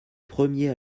premier